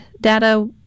data